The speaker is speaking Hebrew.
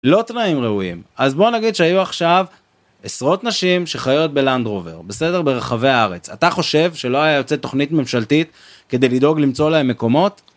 לא תנאים ראויים אז בוא נגיד שהיו עכשיו עשרות נשים שחיות בלנדרובר בסדר ברחבי הארץ אתה חושב שלא היה יוצא תכנית ממשלתית כדי לדאוג למצוא להם מקומות.